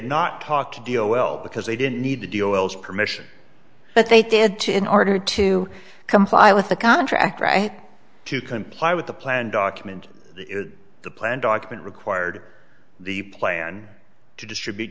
not talked to deal well because they didn't need to deal as permission but they did to in order to comply with the contract i had to comply with the plan document the plan document required the plan to distribute